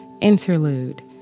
Interlude